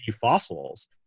fossils